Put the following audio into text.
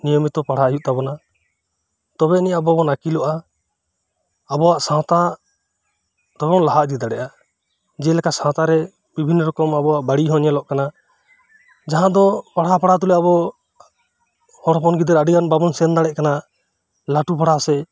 ᱱᱤᱭᱚᱢᱤᱛᱚ ᱯᱟᱲᱦᱟᱜ ᱦᱳᱭᱳᱜ ᱛᱟᱵᱚᱱᱟ ᱛᱚᱵᱮ ᱟᱹᱱᱤᱡ ᱟᱵᱚᱵᱚᱱ ᱟᱹᱠᱤᱞᱚᱜᱼᱟ ᱟᱵᱚᱣᱟᱜ ᱥᱟᱶᱛᱟ ᱛᱮᱦᱚᱸ ᱞᱟᱦᱟᱱᱛᱤ ᱫᱟᱲᱤᱭᱟᱜᱼᱟ ᱡᱮᱞᱮᱠᱟ ᱥᱟᱶᱛᱟᱨᱮ ᱵᱤᱵᱷᱤᱱᱚ ᱨᱚᱠᱚᱢ ᱟᱵᱚᱣᱟᱜ ᱵᱟᱹᱲᱤᱡᱦᱚᱸ ᱧᱮᱞᱚᱜ ᱠᱟᱱᱟ ᱡᱟᱦᱟᱸ ᱫᱚ ᱯᱟᱲᱦᱟᱣ ᱯᱟᱲᱦᱟᱣ ᱛᱩᱞᱩᱡ ᱟᱵᱚ ᱦᱚᱲᱦᱚᱯᱚᱱ ᱜᱤᱫᱟᱹᱨ ᱟᱹᱰᱤᱜᱟᱱ ᱵᱟᱵᱚᱱ ᱥᱮᱱᱫᱟᱲᱤᱭᱟᱜ ᱠᱟᱱᱟ ᱞᱟᱹᱴᱩ ᱦᱚᱨᱟ ᱥᱮᱫ